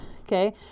Okay